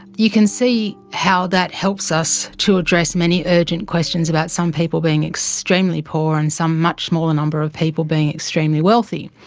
you can see how that helps us to address many urgent questions about some people being extremely poor and a much smaller number of people being extremely wealthy.